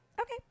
okay